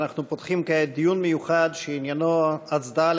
אנחנו פותחים כעת דיון מיוחד שעניינו הצדעה